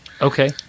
Okay